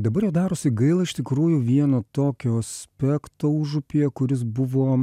dabar jau darosi gaila iš tikrųjų vieno tokio aspekto užupyje kuris buvo